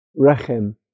rechem